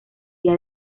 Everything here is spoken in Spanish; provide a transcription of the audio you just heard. día